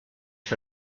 que